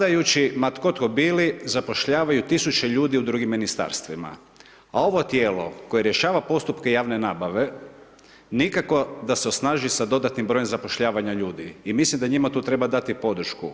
Vladajući ma tko to bili zapošljavaju tisuće ljudi u drugim ministarstvima a ovo tijelo koje rješava postupke javne nabave nikako da se osnaži sa dodatnim brojem zapošljavanja ljudi i mislim da njima tu treba dati podršku.